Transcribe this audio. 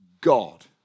God